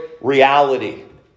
reality